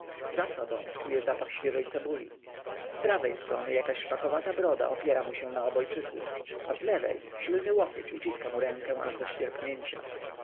za sobą czuje zapach świeżej cebuli z prawej strony jakaś szpakowata broda opiera mu się na obojczyku a z lewej silny łokieć uciska mu rękę aż do